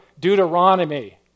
Deuteronomy